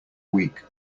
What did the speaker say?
week